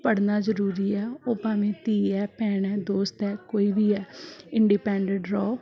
ਪੜ੍ਹਨਾ ਜ਼ਰੂਰੀ ਆ ਉਹ ਭਾਵੇਂ ਧੀ ਹੈ ਭੈਣ ਹੈ ਦੋਸਤ ਹੈ ਕੋਈ ਵੀ ਹੈ ਇੰਡੀਪੈਂਡੈਂਟ ਰਹੋ